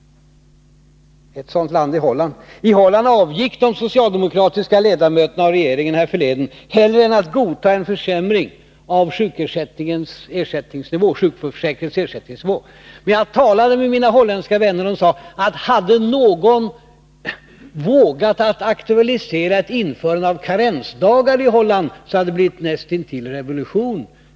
Ett sådant land är Holland. I Holland avgick de socialdemokratiska ledamöterna av regeringen härförleden hellre än att godta en försämring av sjukförsäkringens ersättningsnivå. Men jag talade med mina holländska vänner, som sade, att om någon hade vågat aktualisera ett införande av karensdagar i Holland hade det blivit näst intill revolution.